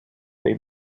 they